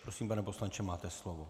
Prosím, pane poslanče, máte slovo.